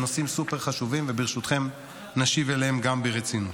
, וברשותכם, נשיב עליהם גם ברצינות.